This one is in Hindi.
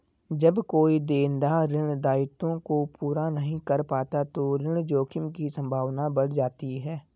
जब कोई देनदार ऋण दायित्वों को पूरा नहीं कर पाता तो ऋण जोखिम की संभावना बढ़ जाती है